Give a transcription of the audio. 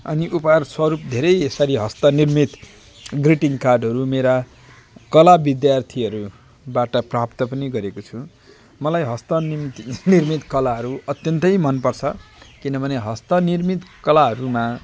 अन्य उपहारस्वरुप धेरै यसरी हस्तनिर्मित ग्रिटिङ कार्डहरू मेरा कला विद्यार्थीहरूबाट प्राप्त पनि गरेको छु मलाई हस्त निम्ति निर्मित कलाहरू अत्यन्तै मनपर्छ किनभने हस्तनिर्मित कलाहरूमा